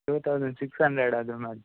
two thousand six hundred ಆದರೂ ಮಾಡಿ